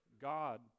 God